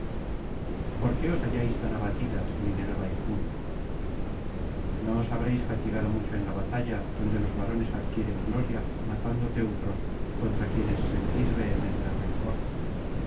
por qué os halláis tan abatidas minerva y juno no os habréis fatigado mucho en la batalla donde los varonas adquieren gloria matando teucros contra quienes sentís vehemente rencor